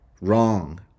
Wrong